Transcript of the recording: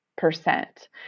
percent